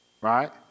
Right